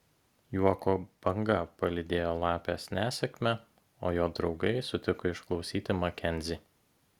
juoko banga palydėjo lapės nesėkmę o jo draugai sutiko išklausyti makenzį